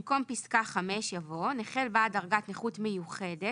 במקום פסקה (5) יבוא: "(5) לנכה בעל דרגת נכות מיוחדת